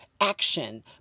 action